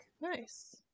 Nice